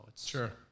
Sure